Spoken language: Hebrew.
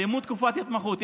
הם סיימו תקופת התמחות.